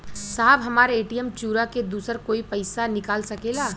साहब हमार ए.टी.एम चूरा के दूसर कोई पैसा निकाल सकेला?